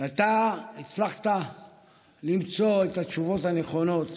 אתה הצלחת למצוא את התשובות הנכונות